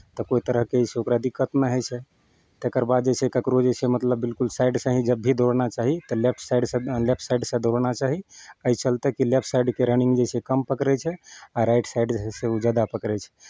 तऽ कोइ तरहके जे छै ओकरा दिक्कत नहि होइ छै तकर बाद जे छै ककरो जे छै मतलब बिलकुल साइडसँ ही जब भी दौड़ना चाही तऽ लेफ्ट साइडसँ लेफ्ट साइडसँ दौड़ना चाही एहि चलते कि लेफ्ट साइडके रनिंग जे छै कम पकड़ै छै आ राइट साइडके जे छै से ओ जादा पकड़ै छै